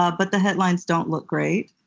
ah but the headlines don't look great.